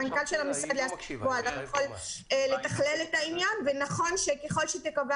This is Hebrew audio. המנכ"ל של המשרד --- ונכון שככל שתיקבע